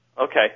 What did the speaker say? Okay